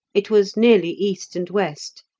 it was nearly east and west,